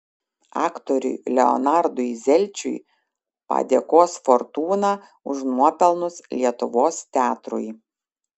aktoriui leonardui zelčiui padėkos fortūna už nuopelnus lietuvos teatrui